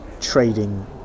trading